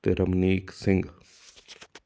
ਅਤੇ ਰਮਨੀਕ ਸਿੰਘ